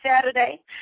Saturday